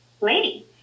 lady